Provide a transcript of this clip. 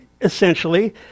essentially